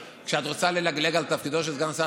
כשאת רוצה ללגלג על תפקידו של סגן שר,